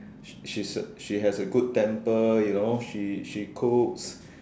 she she's a she has a good temper you know she she cooks